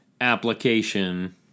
application